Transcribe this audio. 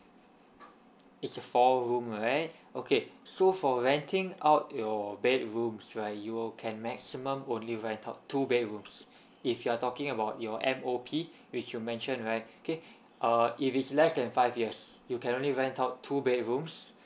it's a four room right okay so for renting out your bedrooms right you'll can maximum only rent out two bedrooms if you're talking about your M_O_P which you mention right okay uh if it's less than five years you can only rent out two bedrooms